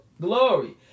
glory